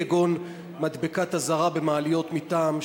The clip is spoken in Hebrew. כגון מדבקת אזהרה במעליות מטעם,